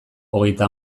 hogeita